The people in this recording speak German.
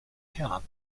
theater